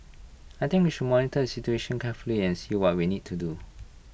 I think we should monitor situation carefully and see what we need to do